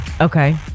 Okay